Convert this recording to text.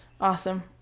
Awesome